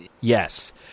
yes